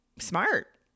smart